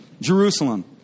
Jerusalem